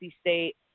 State